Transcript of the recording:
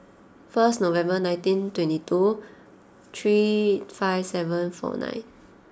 first November nineteen twenty two three five seven four nine